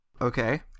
Okay